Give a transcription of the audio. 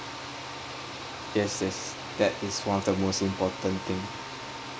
yes yes that is one of the most important thing